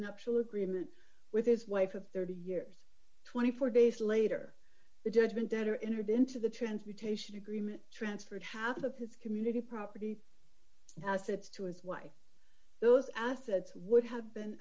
nuptial agreement with his wife of thirty years twenty four days later the judgment debtor entered into the transportation agreement transferred half of his community property assets to his wife those assets would have been